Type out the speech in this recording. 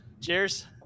cheers